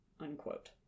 Unquote